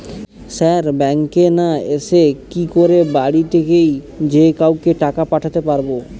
Sir ব্যাঙ্কে না এসে কি করে বাড়ি থেকেই যে কাউকে টাকা পাঠাতে পারবো?